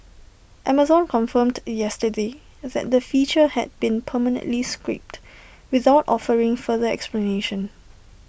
Amazon confirmed yesterday that the feature had been permanently scrapped without offering further explanation